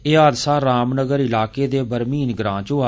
एह हादसा रामनगर इलाके दे बरमीन ग्रां च होआ